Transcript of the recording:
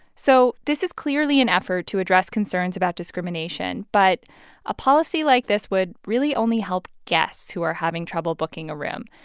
so this is clearly an effort to address concerns about discrimination, but a policy like this would really only help guests who are having trouble booking a room,